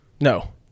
No